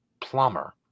Plumber